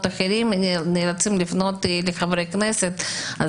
אחרים והם נאלצים לפנות לחברי כנסת.